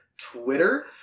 Twitter